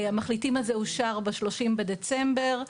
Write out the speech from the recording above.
המחליטים הזה אושר ב-30 בדצמבר,